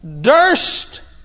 durst